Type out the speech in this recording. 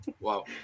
Wow